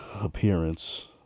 appearance